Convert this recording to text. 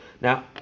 now